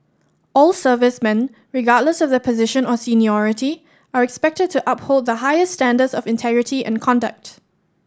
all servicemen regardless of their position or seniority are expected to uphold the highest standards of integrity and conduct